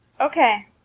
Okay